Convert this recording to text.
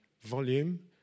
volume